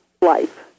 Life